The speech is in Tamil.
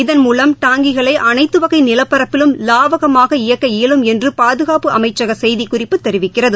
இதன்மூலம் டாங்கிகளை அனைத்துவகை நிலப்பரப்பிலும் வாவகமாக இயக்க இயலும் என்று பாதுகாப்பு அமைச்சக செய்திக்குறிப்பு தெரிவிக்கிறது